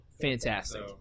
Fantastic